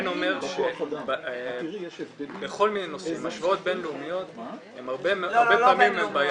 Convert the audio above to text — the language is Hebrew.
אומר שבכל מיני נושאים השוואות בין-לאומיות הן הרבה פעמים בעייתיות.